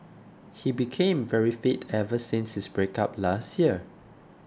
he became very fit ever since his breakup last year